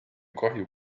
kahju